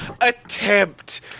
attempt